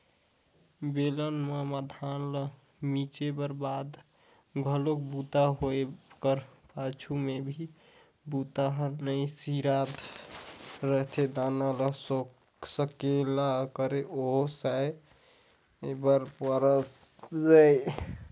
बेलन म धान ल मिंजे कर बाद घलोक बूता होए कर पाछू में भी बूता हर नइ सिरात रहें दाना ल सकेला करके ओसाय बर परय